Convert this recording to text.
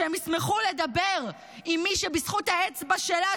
שהם ישמחו לדבר עם מי שבזכות האצבע שלה,